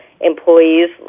employees